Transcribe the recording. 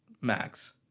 Max